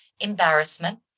embarrassment